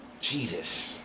Jesus